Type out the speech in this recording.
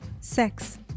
sex